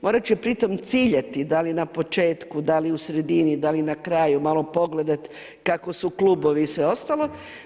Morat će pritom ciljati da li na početku, da li u sredini, da li na kraju, malo pogledat kako su klubovi i sve ostalo.